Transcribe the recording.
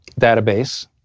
database